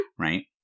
Right